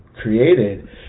created